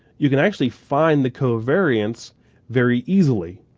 you can actually find the covariance very easily.